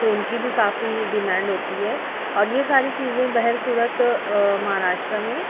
تو اُن کی بھی کافی ڈیمانڈ ہوتی ہے اور یہ ساری چیزیں بہر صورت مہاراشٹرا میں